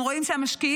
אנחנו רואים שהמשקיעים